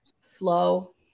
Slow